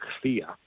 clear